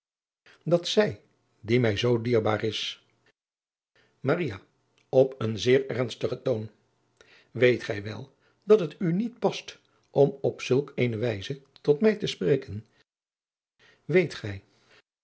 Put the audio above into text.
dat zij die mij zoo dierbaar is maria op een zeer ernstigen toon weet gij wel dat het u niet past om op zulk eene wijze tot mij te spreken weet gij